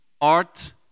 art